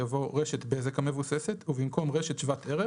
יבוא "רשת בזק המבוססת" ובמקום "רשת שוות ערך"